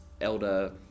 elder